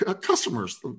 Customers